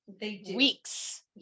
weeks